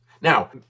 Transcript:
Now